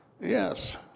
Yes